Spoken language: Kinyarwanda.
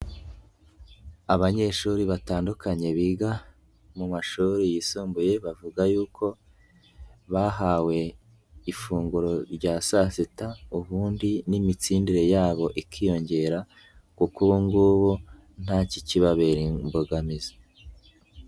Abanyeshuri batandukanye biga mu mashuri yisumbuye bavuga yuko bahawe ifunguro rya saa sita ubundi n'imitsindire yabo ikiyongera kuko ubu ngubu nta kikibabera imbogamizi.